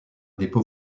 dépôt